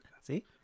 See